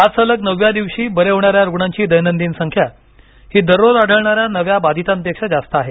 आज सलग नवव्या दिवशी बरे होणाऱ्या रुग्णांची दैनंदिन संख्या ही दररोज आढळणाऱ्या नव्या बाधितांपेक्षा जास्त आहे